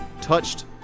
touched